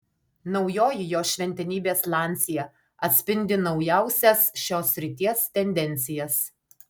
naujoji jo šventenybės lancia atspindi naujausias šios srities tendencijas